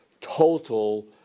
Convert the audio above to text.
total